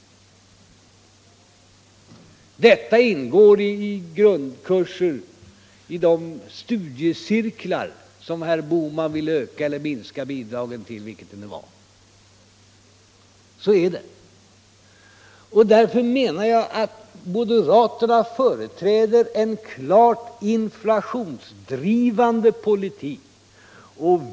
Detta faktum ingår i grundkurser i de studiecirklar som herr Bohman vill öka eller minska bidragen till — vilket det nu var. Så är det, och därför menar jag att moderaterna företräder en klart inflationsdrivande politik.